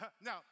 Now